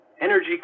energy